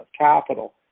capital